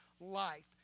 life